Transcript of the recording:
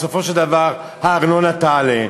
בסופו של דבר הארנונה תעלה,